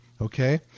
okay